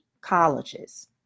colleges